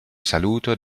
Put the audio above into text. saluto